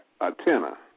antenna